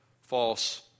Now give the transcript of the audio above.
false